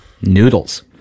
noodles